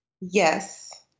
Yes